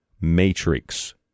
matrix